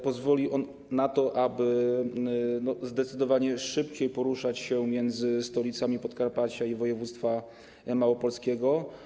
Pozwoli on na to, aby zdecydowanie szybciej poruszać się między stolicami Podkarpacia i województwa małopolskiego.